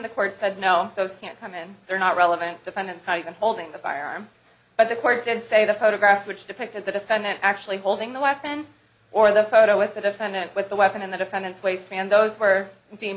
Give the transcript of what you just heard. the court said no those can't come in they're not relevant defendants not even holding the firearm by the court and say the photographs which depicted the defendant actually holding the weapon or the photo with the defendant with the weapon in the defendant's waistband those were